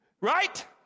right